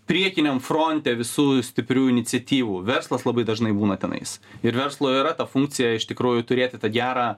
priekiniam fronte visų stiprių iniciatyvų verslas labai dažnai būna tenais ir verslo yra ta funkcija iš tikrųjų turėti tą gerą